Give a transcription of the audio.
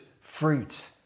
fruit